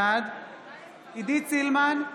בעד עידית סילמן,